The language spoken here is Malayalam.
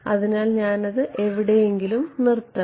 അതിനാൽ ഞാൻ അത് എവിടെയെങ്കിലും നിർത്തണം